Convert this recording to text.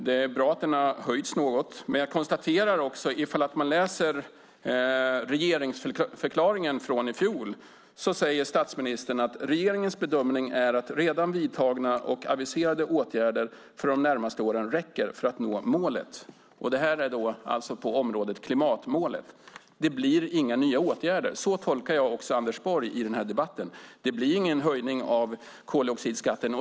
Det är bra att den har höjts något, men jag konstaterar också att statministern i regeringsförklaringen från i fjol säger att regeringens bedömning är att redan vidtagna och aviserade åtgärder för de närmaste åren räcker för att nå målet. Detta är på området klimatmålet. Det blir inga nya åtgärder. Så tolkar jag också Anders Borg i denna debatt: Det blir ingen höjning av koldioxidskatten.